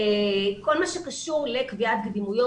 על כל מה שקשור לקביעת קדימויות.